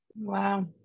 Wow